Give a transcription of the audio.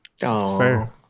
Fair